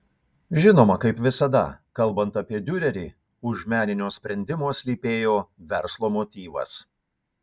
žinoma kaip visada kalbant apie diurerį už meninio sprendimo slypėjo verslo motyvas